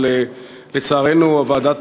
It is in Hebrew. אבל לצערנו ועדת